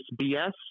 BS